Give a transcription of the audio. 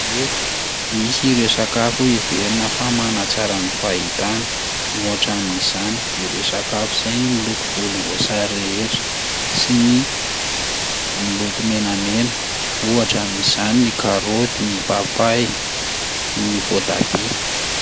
Ie, misy ireo sakafo heverina fa manatsara ny fahitana, ohatra amin'izany: ireo sakafo zay miloko volomboasary rehetra sy ny miloko menamena ohatra amin'izany ny karaoty, ny papay, ny voatabia.